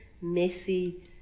messy